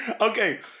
okay